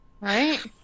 Right